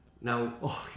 Now